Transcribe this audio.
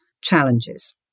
challenges